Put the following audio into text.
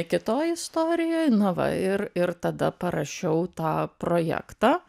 kitoj istorijoj na va ir ir tada parašiau tą projektą